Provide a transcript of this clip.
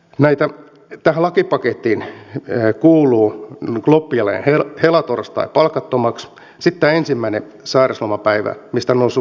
tähän lakipakettiin kuuluvat loppiainen ja helatorstai palkattomiksi ja sitten ensimmäinen sairauslomapäivä mistä on noussut todella iso älämölö